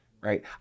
right